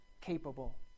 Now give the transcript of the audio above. capable